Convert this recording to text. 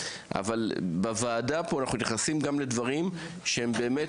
אבל בוועדה פה אנחנו נכנסים גם לדברים שהם באמת